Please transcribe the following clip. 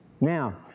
Now